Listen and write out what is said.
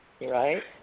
right